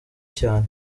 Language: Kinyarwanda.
cyane